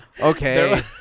Okay